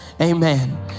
Amen